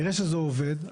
נראה שזה עובד,